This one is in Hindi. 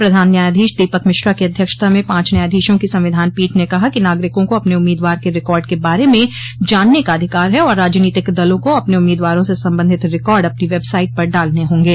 प्रधान न्यायाधीश दीपक मिश्रा की अध्यक्षता में पांच न्यायाधीशों की संविधान पीठ ने कहा कि नागरिकों को अपने उम्मीदवार के रिकॉर्ड के बारे में जानने का अधिकार है और राजनीतिक दलों को अपने उम्मीदवारों से संबंधित रिकॉर्ड अपनी वेबसाइट पर डालने होंगे